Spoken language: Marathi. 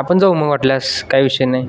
आपण जाऊ मग वाटल्यास काही विषय नाही